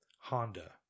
Honda